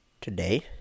Today